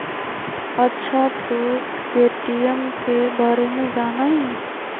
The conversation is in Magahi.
अच्छा तू पे.टी.एम के बारे में जाना हीं?